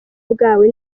bwawe